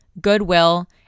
Goodwill